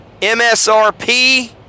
MSRP